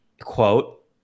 quote